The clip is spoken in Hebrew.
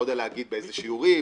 לא יודע להגיד באיזה שיעורים,